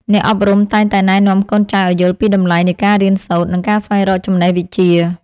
អ្នកអប់រំតែងតែណែនាំកូនចៅឱ្យយល់ពីតម្លៃនៃការរៀនសូត្រ និងការស្វែងរកចំណេះវិជ្ជា។